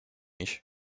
iść